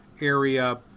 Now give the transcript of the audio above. area